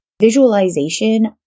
visualization